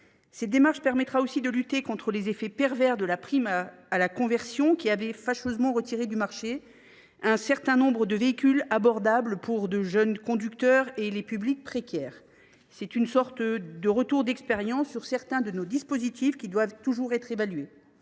Il permettra aussi de lutter contre les effets pervers de la prime à la conversion, qui avait fâcheusement contribué au retrait du marché d’un certain nombre de véhicules au prix abordable pour les jeunes conducteurs et les publics précaires. C’est une sorte de retour d’expérience sur certains de nos dispositifs qui doivent toujours être évalués.